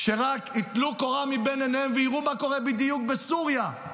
שרק ייטלו קורה מבין עיניהם ויראו בדיוק מה קורה בסוריה,